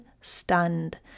stunned